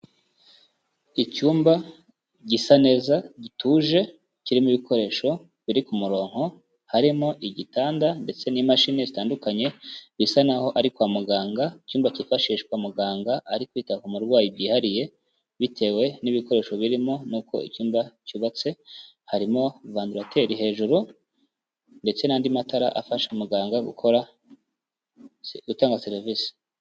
Icyumba gisa neza gituje kirimo ibikoresho biri ku murongo harimo igitanda ndetse n'imashini zitandukanye bisa n'aho ari kwa muganga, icyumba cyifashishwa muganga ari kwita ku murwayi byihariye bitewe n'ibikoresho birimo n'uko icyumba cyubatse, harimo vandarateri hejuru ndetse n'andi matara afasha muganga gukora gutanga serivise.